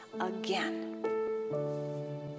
again